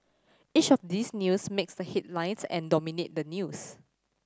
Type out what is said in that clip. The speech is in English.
each of these news makes the headlines and dominate the news